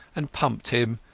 and pumped him,